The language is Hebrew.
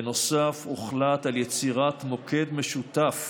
בנוסף, הוחלט על יצירת מוקד משותף